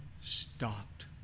stopped